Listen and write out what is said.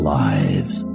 lives